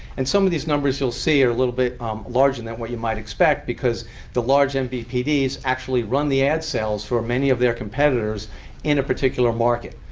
and some of these numbers you'll see are a little bit larger and than what you might expect because the large and but mvpds actually run the ad sales for many of their competitors in a particular market.